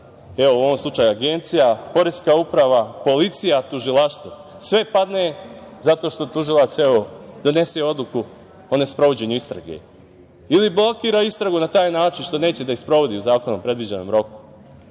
u ovom slučaju agencija, Poreska uprava, policija, tužilaštvo, sve padne zato što tužilac donese odluku o nesprovođenju istrage ili blokira istragu na taj način što neće da je sprovodi u zakonom predviđenom roku,